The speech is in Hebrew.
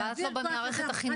אבל את לא במערכת החינוך.